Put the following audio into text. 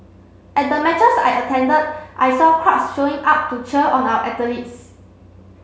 at the matches I attended I saw crowds showing up to cheer on our athletes